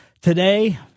today